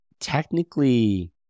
technically